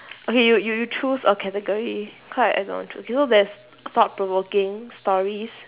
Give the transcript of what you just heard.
okay you you you choose a category cause I I don't want choose you know there's thought provoking stories